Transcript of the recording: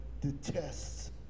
detests